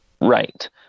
Right